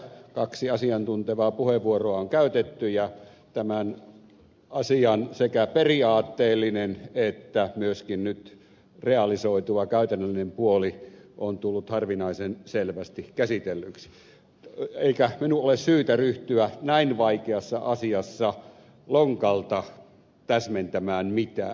kaksi asiantuntevaa puheenvuoroa on käytetty ja tämän asian sekä periaatteellinen että myöskin nyt realisoituva käytännöllinen puoli on tullut harvinaisen selvästi käsitellyksi eikä minun ole syytä ryhtyä näin vaikeassa asiassa lonkalta täsmentämään mitään